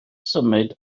symud